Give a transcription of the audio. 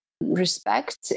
respect